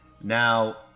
Now